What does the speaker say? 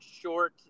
short